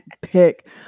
pick